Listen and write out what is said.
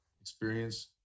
experience